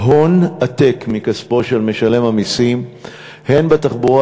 הון עתק מכספו של משלם המסים הן בתחבורה